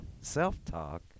self-talk